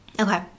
Okay